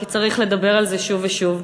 כי צריך לדבר על זה שוב ושוב.